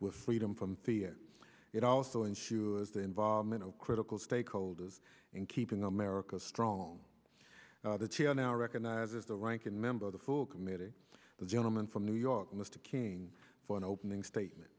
with freedom from it also ensures the involvement of critical stakeholders in keeping america strong the cio now recognizes the ranking member of the full committee the gentleman from new york mr kane for an opening statement